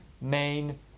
main